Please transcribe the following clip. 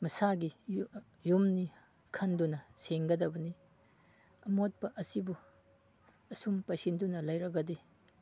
ꯃꯁꯥꯒꯤ ꯌꯨꯝꯅꯤ ꯈꯟꯗꯨꯅ ꯁꯦꯡꯒꯗꯕꯅꯤ ꯑꯃꯣꯠꯄ ꯑꯁꯤꯕꯨ ꯑꯁꯨꯝ ꯄꯩꯁꯤꯟꯗꯨꯅ ꯂꯩꯔꯕꯗꯤ